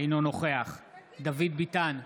אינו נוכח דוד ביטן,